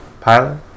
Pilot